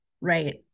right